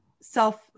self